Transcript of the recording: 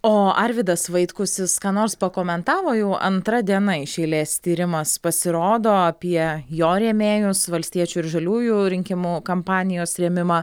o arvydas vaitkus jis ką nors pakomentavo jau antra diena iš eilės tyrimas pasirodo apie jo rėmėjus valstiečių ir žaliųjų rinkimų kampanijos rėmimą